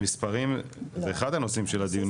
המספרים זה אחד הנושאים שלה דיון.